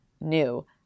new